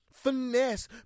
finesse